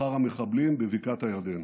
אחר המחבלים בבקעת הירדן,